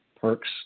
perks –